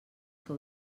que